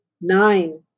Nine